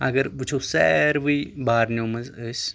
اَگر وُچھو ساروٕے بارنیو منٛز أسۍ